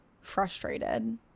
frustrated